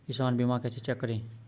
किसान बीमा कैसे चेक करें?